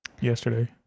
yesterday